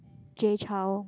Jay-Chou